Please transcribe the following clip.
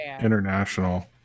International